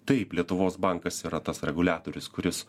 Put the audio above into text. taip lietuvos bankas yra tas reguliatorius kuris